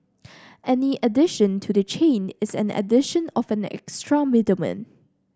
any addition to the chain is an addition of an extra middleman